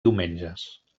diumenges